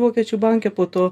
vokiečių banke po to